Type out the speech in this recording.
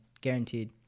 guaranteed